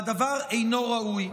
והדבר אינו ראוי.